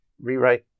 rewrite